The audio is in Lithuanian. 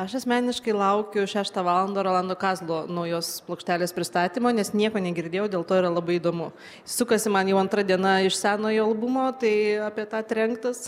aš asmeniškai laukiau šeštą valandą rolando kazlo naujos plokštelės pristatymo nes nieko negirdėjau dėl to yra labai įdomu sukasi man jau antra diena iš senojo albumo tai apie tą trenktas